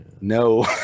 no